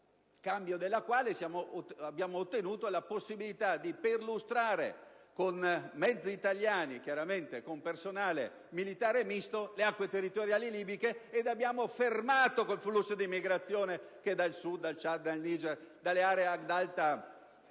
cambio della quale abbiamo ottenuto la possibilità di perlustrare, con mezzi italiani, e, chiaramente, con personale militare misto le acque territoriali libiche, e abbiamo fermato quel flusso di immigrazione che dal Sudan, dal Ciad, dal Niger, dalle aree ad alta